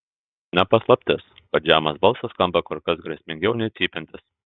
ne paslaptis kad žemas balsas skamba kur kas grėsmingiau nei cypiantis